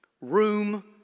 Room